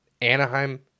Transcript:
Anaheim